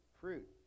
fruit